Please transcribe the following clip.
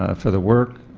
ah for the work,